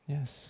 Yes